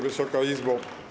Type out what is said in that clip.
Wysoka Izbo!